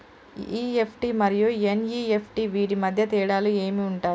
EFT మరియు NEFT వీటి మధ్య తేడాలు ఏమి ఉంటాయి?